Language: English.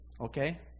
Okay